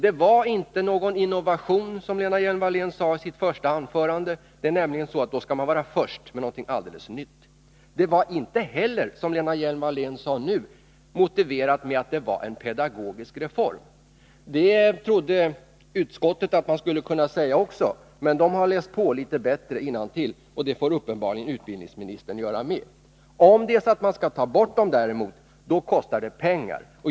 Det var inte någon innovation, som Lena Hjelm-Wallén sade i sitt första anförande — då skall man nämligen vara först med någonting alldeles nytt. Detta var inte heller, som Lena Hjelm-Wallén sade nu, motiverat med att det var en pedagogisk reform. Utskottet trodde också att man skulle kunna säga det, men utskottsledamöterna har läst litet bättre innantill, och det får uppenbarligen också utbildningsministern göra. Om man däremot skall ta bort de lärarlösa lektionerna kostar det pengar.